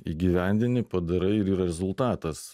įgyvendini padarai ir yra rezultatas